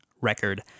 record